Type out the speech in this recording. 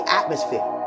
atmosphere